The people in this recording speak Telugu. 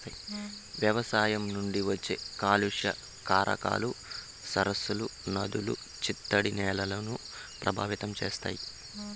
వ్యవసాయం నుంచి వచ్చే కాలుష్య కారకాలు సరస్సులు, నదులు, చిత్తడి నేలలను ప్రభావితం చేస్తాయి